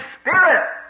Spirit